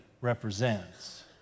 represents